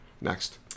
Next